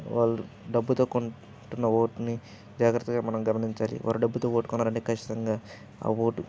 వాళ్ళు డబ్బుతో కొంటున్న ఓటుని జాగ్రత్తగా మనం గమనించాలి వారు డబ్బుతో ఓటు కొన్నారు అంటే ఖచ్చితంగా ఆ ఓటు